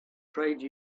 trade